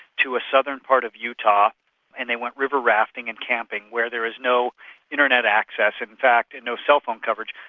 to a southern part of utah and they went river-rafting and camping, where there is no internet access, in fact and no cellphone coverage.